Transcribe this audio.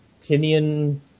Tinian